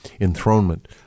enthronement